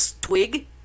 twig